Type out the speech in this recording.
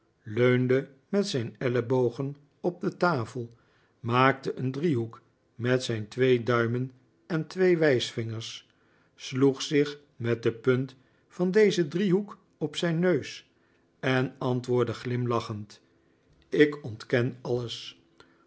leunde met zijn ellebogen op de tafel maakte een driehoek met zijn twee duimen en twee wijsvingers sloeg zich met de punt van dezen driehoek op zijn neus en antwoordde glimlachend ik ontken alles